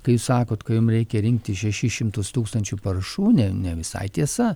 kai jūs sakot kad jum reikia rinkti šešis šimtus tūkstančių parašų ne ne visai tiesa